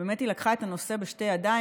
ובאמת היא לקחה את הנושא בשתי ידיים.